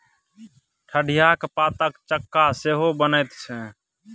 ठढियाक पातक चक्का सेहो बनैत छै